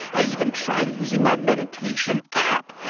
i even tried using my meditation app